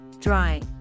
dry